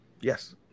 Yes